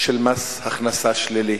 של מס הכנסה שלילי.